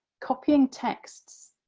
copying texts.